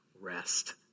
rest